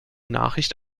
nachricht